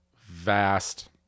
vast